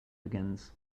begins